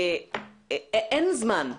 אין זמן.